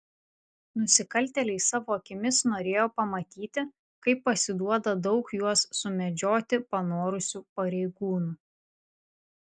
nusikaltėliai savo akimis norėjo pamatyti kaip pasiduoda daug juos sumedžioti panorusių pareigūnų